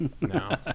No